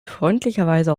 freundlicherweise